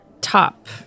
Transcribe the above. top